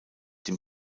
dem